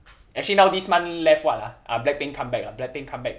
actually now this month left what ah blackpink comeback ah blackpink comeback